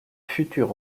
futur